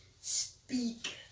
speak